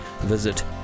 visit